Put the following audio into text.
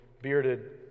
bearded